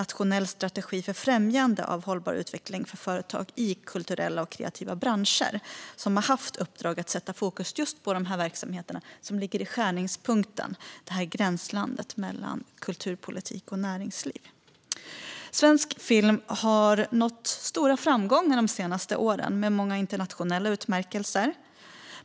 Nationell strategi för främjande av hållbar utveckling för företag i kulturella och kreativa branscher , som haft i uppdrag att sätta fokus just på de verksamheter som ligger i skärningspunkten, i gränslandet mellan kulturpolitik och näringsliv. Svensk film har nått stora framgångar de senaste åren med många internationella utmärkelser.